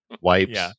wipes